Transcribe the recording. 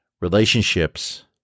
relationships